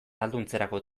ahalduntzerako